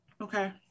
okay